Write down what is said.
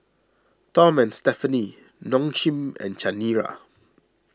Tom and Stephanie Nong Shim and Chanira